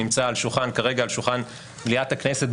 שנמצא על שולחן כרגע על שולחן מליאת הכנסת,